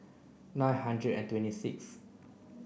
nine hundred and twenty sixth